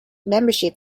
membership